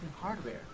hardware